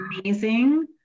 amazing